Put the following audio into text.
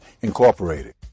Incorporated